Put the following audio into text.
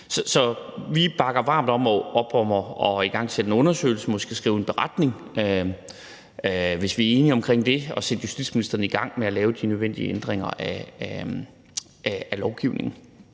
Så vi bakker varmt op om at igangsætte en undersøgelse og måske skrive en beretning, hvis vi bliver enige om det, og at sætte justitsministeren i gang med at lave de nødvendige ændringer af lovgivningen.